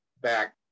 back